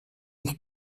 eich